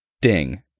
Ding